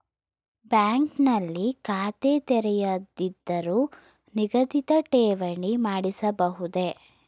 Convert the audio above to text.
Bank ನಲ್ಲಿ ಖಾತೆ ತೆರೆಯದಿದ್ದರೂ ನಿಗದಿತ ಠೇವಣಿ ಮಾಡಿಸಬಹುದೇ?